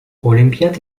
olimpiyat